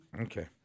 Okay